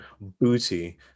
booty